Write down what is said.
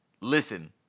listen